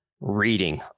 reading